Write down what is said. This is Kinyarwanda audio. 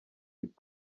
hip